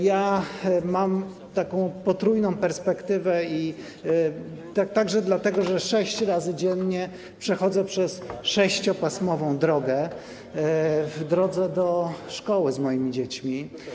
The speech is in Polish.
Ja mam taką potrójną perspektywę także dlatego, że sześć razy dziennie przechodzę przez 6-pasmową drogę w drodze do szkoły z moimi dziećmi.